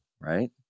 right